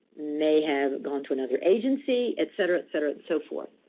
may have gone to another agency, et cetera, et cetera, and so forth.